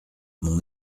mon